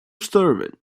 servant